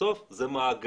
בסוף זה מעגלי,